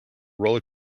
roller